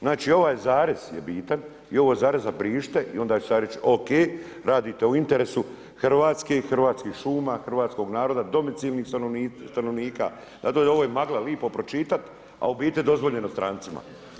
Znači ovaj zarez je bitan i ovog zareza brišite i onda ću ja reći oke, radite u interesu Hrvatske, Hrvatskih šuma, hrvatskog naroda, domicilnih stanovnika, ovo je magla lipo pročitat, a u biti dozvoljeno strancima.